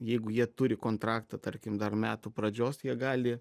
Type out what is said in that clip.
jeigu jie turi kontraktą tarkim dar metų pradžios jie gali